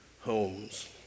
homes